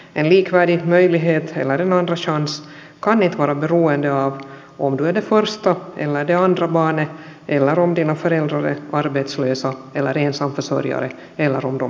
en likvärdig möjlighet eller en andra chans kan inte vara beroende av om du är det första eller det andra barnet eller om dina föräldrar är arbetslösa eller ensamförsörjare eller om de har jobb